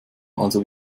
also